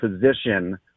position